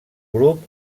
grup